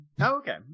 okay